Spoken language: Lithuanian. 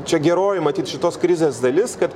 čia geroji matyt šitos krizės dalis kad